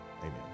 Amen